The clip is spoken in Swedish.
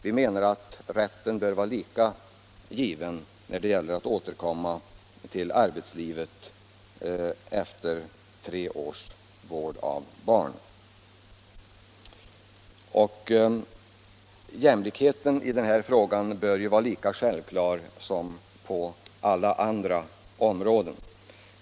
Vi menar att rätten bör vara lika given när det gäller att återkomma till arbetslivet efter tre års vård av barn. Jämlikheten i den här frågan bör vara lika självklar som på alla andra områden.